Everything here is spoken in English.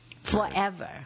forever